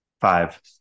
Five